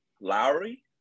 Lowry